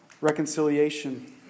reconciliation